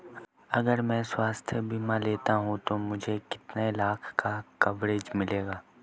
अगर मैं स्वास्थ्य बीमा लेता हूं तो मुझे कितने लाख का कवरेज मिलेगा?